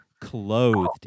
clothed